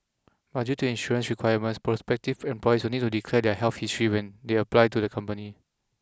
but due to insurance requirements prospective employees will need to declare their health history when they apply to the company